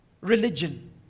religion